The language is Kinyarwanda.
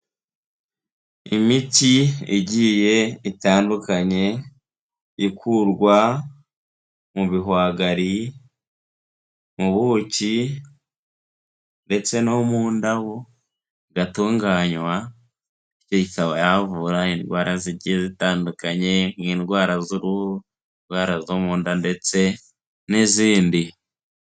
Imiti igiye itandukanye ikurwa mu bihwagari, mu buki ndetse no mu ndabo. Igatunganywa ikaba yavura indwara zigiye zitandukanye nk'indwara z'uruhu, indwara zo mu nda ndetse n'izindi.